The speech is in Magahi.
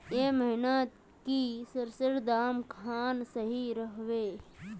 ए महीनात की सरिसर दाम खान सही रोहवे?